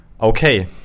Okay